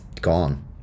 gone